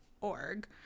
org